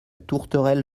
tourterelle